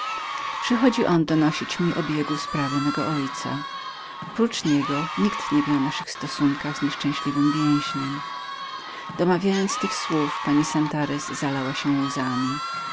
on donosić mi o biegu sprawy mego ojca wyjąwszy niego nikt nie wie o naszych stosunkach z nieszczęśliwym więźniem domawiając tych słów pani santarez zalała się łzami